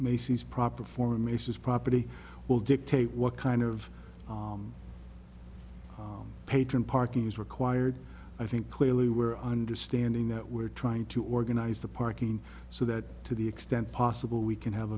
macy's proper formations property will dictate what kind of patron parking is required i think clearly we're understanding that we're trying to organize the parking so that to the extent possible we can have